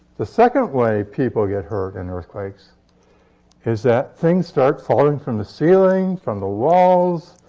the second way people get hurt in earthquakes is that things start falling from the ceiling, from the walls,